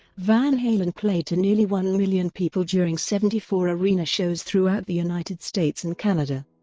van halen played to nearly one million people during seventy four arena shows throughout the united states and canada,